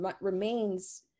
remains